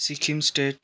Sikkim state